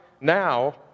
now